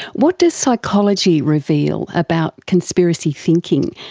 what does psychology reveal about conspiracy thinking,